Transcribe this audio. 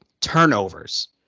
turnovers